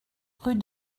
rue